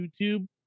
youtube